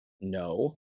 No